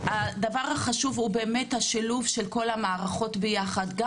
החשוב הוא באמת השילוב של כל המערכות יחד.